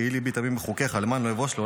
יהי לבי תמים בְּחֻקֶּיך למען לא אבוש.